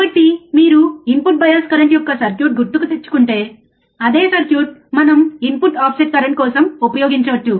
కాబట్టి మీరు input bias current యొక్క సర్క్యూట్ గుర్తుతెచ్చుకుంటే అదే సర్క్యూట్ మనం ఇన్పుట్ ఆఫ్సెట్ కరెంట్ కోసం ఉపయోగించవచ్చు